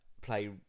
play